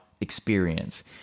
experience